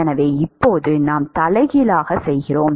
எனவே இப்போது நாம் தலைகீழாக செய்கிறோம்